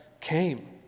came